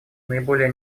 наиболее